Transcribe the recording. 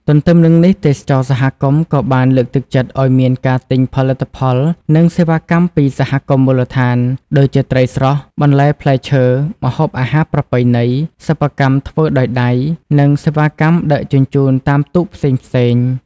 ទន្ទឹមនឹងនេះ ទេសចរណ៍សហគមន៍ក៏បានលើកទឹកចិត្តឱ្យមានការទិញផលិតផលនិងសេវាកម្មពីសហគមន៍មូលដ្ឋាន ដូចជាត្រីស្រស់ បន្លែផ្លែឈើ ម្ហូបអាហារប្រពៃណី សិប្បកម្មធ្វើដោយដៃ និងសេវាកម្មដឹកជញ្ជូនតាមទូកផ្សេងៗ។